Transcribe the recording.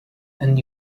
and